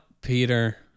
Peter